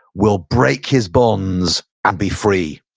will break his bonds and be free.